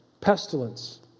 pestilence